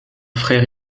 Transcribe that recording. frère